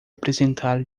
apresentar